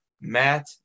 Matt